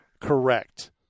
Correct